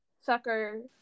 Sucker